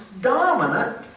dominant